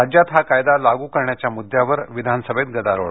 राज्यात हा कायदा लागू करण्याच्या मुद्यावर विधानसभेत गदारोळ